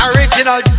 Original